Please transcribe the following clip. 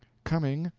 cumming,